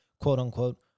quote-unquote